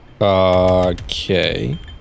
Okay